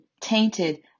tainted